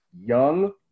young